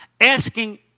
asking